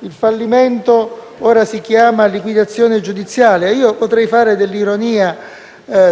il fallimento ora si chiama liquidazione giudiziale. Potrei fare dell'ironia